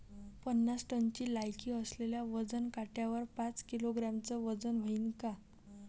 पन्नास टनची लायकी असलेल्या वजन काट्यावर पाच किलोग्रॅमचं वजन व्हईन का?